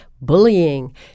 bullying